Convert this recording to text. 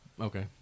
Okay